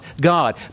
God